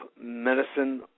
medicine